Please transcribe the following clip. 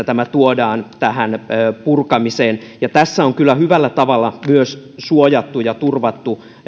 tämä tuodaan tähän purkamiseen tässä on kyllä hyvällä tavalla myös suojattu ja turvattu